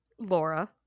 Laura